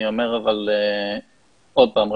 אבל אני אומר עוד פעם,